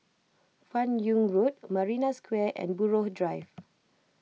Fan Yoong Road Marina Square and Buroh Drive